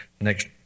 next